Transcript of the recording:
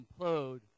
implode